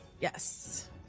Yes